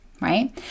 right